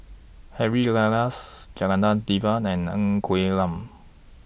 Harry Elias Janadas Devan and Ng Quee Lam